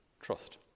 trust